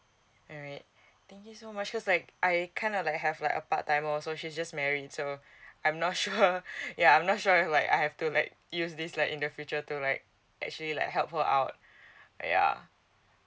alright thank you so much cause like I kind of like have like a part timer also she's just married so I'm not sure yeah I'm not sure like I have to like use this like in the future to like actually like help her out yeah